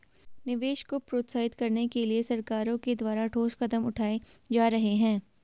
निवेश को प्रोत्साहित करने के लिए सरकारों के द्वारा ठोस कदम उठाए जा रहे हैं